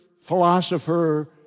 philosopher